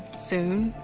soon,